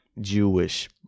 Jewish